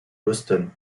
boston